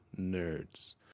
nerds